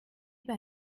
bei